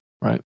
right